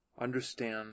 understand